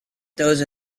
those